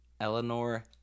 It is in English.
Eleanor